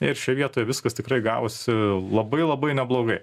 ir šioj vietoj viskas tikrai gavosi labai labai neblogai